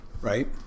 right